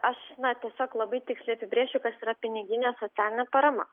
aš na tiesiog labai tiksliai apibrėšiu kas yra piniginė socialinė parama